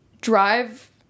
drive